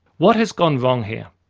what has gone wrong here?